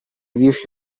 wish